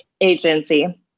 agency